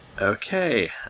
Okay